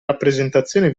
rappresentazione